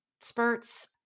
spurts